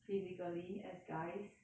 physically as guys